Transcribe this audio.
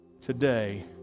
Today